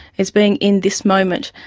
it's being in this moment.